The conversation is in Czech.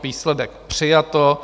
Výsledek: přijato.